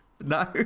no